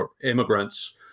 immigrants